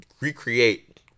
recreate